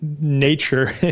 nature